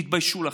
תתביישו לכם.